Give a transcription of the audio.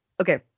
okay